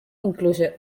incluye